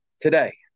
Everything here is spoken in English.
today